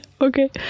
okay